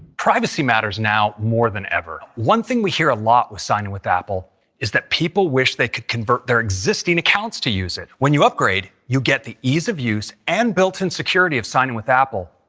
privacy matters now more than ever. one thing we hear a lot with signing with apple is that people wish they can convert their existing accounts to use it. when you upgrade, you get the ease of use and built-in security of signing with apple.